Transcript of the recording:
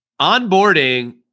onboarding